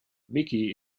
vicky